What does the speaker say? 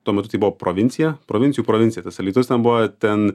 tuo metu buvo provincija provincijų provincija tas alytus buvo ten